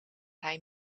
hij